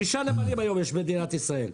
תשעה נמלים יש היום במדינת ישראל.